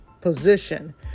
position